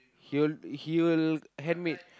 he will he will handmade